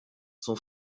son